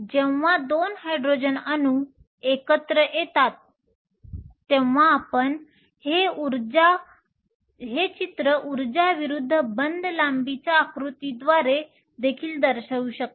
जेव्हा 2 हायड्रोजन अणू एकत्र येतात तेव्हा आपण हे चित्र उर्जा विरुद्ध बंध लांबीच्या आकृतीद्वारे देखील दर्शवू शकता